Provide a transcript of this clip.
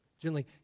Gently